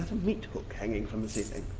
ah meat hook hanging from the ceiling?